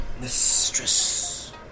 Mistress